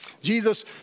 Jesus